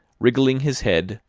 wriggling his head,